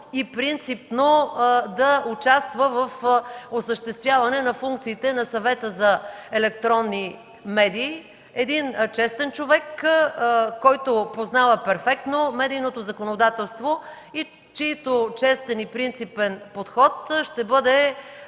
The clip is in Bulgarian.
и принципно да участва в осъществяване на функциите на Съвета за електронни медии. Един честен човек, който познава перфектно медийното законодателство и чийто честен и принципен подход ще бъде